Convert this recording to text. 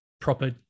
proper